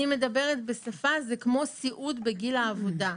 כמו סיעוד בגיל העבודה,